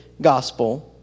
Gospel